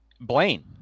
Blaine